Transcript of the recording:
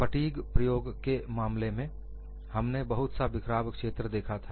fatigue प्रयोग के मामले में हमने बहुत सा बिखराव क्षेत्र देखा था